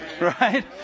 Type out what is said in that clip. right